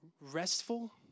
restful